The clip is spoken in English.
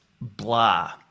blah